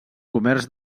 comerç